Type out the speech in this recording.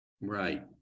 Right